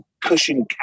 cushion